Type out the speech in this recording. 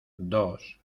dos